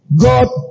God